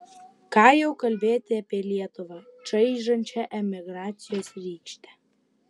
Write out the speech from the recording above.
ką jau kalbėti apie lietuvą čaižančią emigracijos rykštę